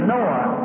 Noah